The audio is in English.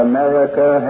America